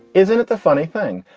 isn't it the funny thing,